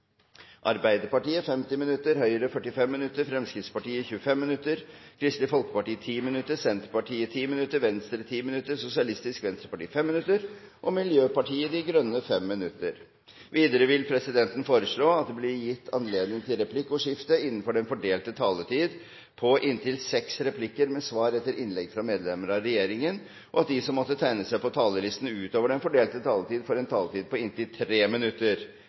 Arbeiderpartiet 50 minutter, Høyre 45 minutter, Fremskrittspartiet 25 minutter, Kristelig Folkeparti 10 minutter, Senterpartiet 10 minutter, Venstre 10 minutter, Sosialistisk Venstreparti 5 minutter og Miljøpartiet De Grønne 5 minutter. Videre vil presidenten foreslå at det blir gitt anledning til replikkordskifte på inntil seks replikker med svar etter innlegg fra medlemmer av regjeringen innenfor den fordelte taletid, og at de som måtte tegne seg på talerlisten utover den fordelte taletid, får en taletid på inntil 3 minutter.